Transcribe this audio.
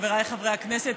חבריי חברי הכנסת,